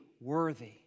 worthy